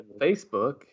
Facebook